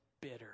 bitter